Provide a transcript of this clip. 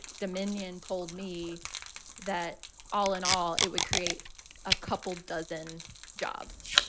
dominion told me that all in all, it would create a couple dozen jobs,